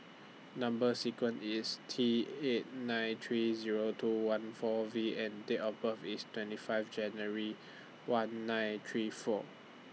Number sequence IS T eight nine three Zero two one four V and Date of birth IS twenty five January one nine three four